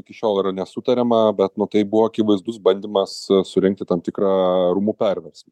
iki šiol yra nesutariama bet nu tai buvo akivaizdus bandymas surenkti tam tikrą rūmų perversmą